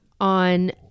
on